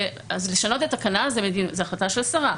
לשנות את התקנה זה החלטה של שרה.